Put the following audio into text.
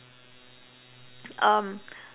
um